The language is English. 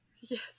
yes